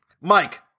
Mike